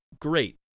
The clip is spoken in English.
great